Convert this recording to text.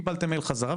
קיבלתם מייל חזרה,